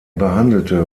behandelte